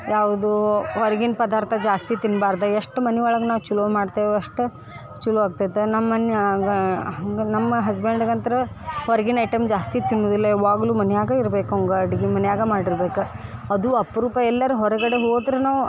ಯಾವುದೂ ಹೊರ್ಗಿನ ಪದಾರ್ಥ ಜಾಸ್ತಿ ತಿನ್ಬಾರ್ದು ಎಷ್ಟು ಮನೆ ಒಳಗೆ ನಾವು ಚಲೋ ಮಾಡ್ತೇವೆ ಅಷ್ಟು ಚಲೋ ಆಗ್ತೈತೆ ನಮ್ಮ ಮನೆಯಾಗ ಹಂಗೆ ನಮ್ಮ ಹಸ್ಬೆಂಡ್ಗಂತ್ರ ಹೊರ್ಗಿನ ಐಟಮ್ ಜಾಸ್ತಿ ತಿನ್ನುವುದಿಲ್ಲ ಯಾವಾಗ್ಲೂ ಮನೆಯಾಗ ಇರ್ಬೇಕು ಅವಂಗೆ ಅಡ್ಗೆ ಮನೆಯಾಗ ಮಾಡಿರ್ಬೇಕು ಅದು ಅಪರೂಪ ಎಲ್ಲರೂ ಹೊರಗಡೆ ಹೋದ್ರೂನು